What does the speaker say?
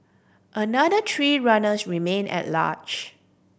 another three runners remain at large